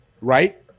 right